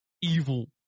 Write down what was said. evil